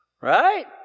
right